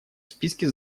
списке